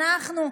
אנחנו,